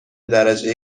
درجه